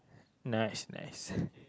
nice nice